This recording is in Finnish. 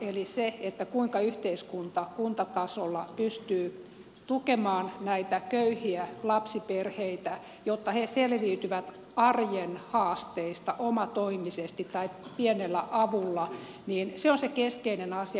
eli se kuinka yhteiskunta kuntatasolla pystyy tukemaan näitä köyhiä lapsiperheitä jotta he selviytyvät arjen haasteista omatoimisesti tai pienellä avulla on se keskeinen asia